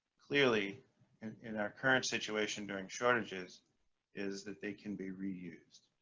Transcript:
clearly in our current situation during shortages is that they can be reused.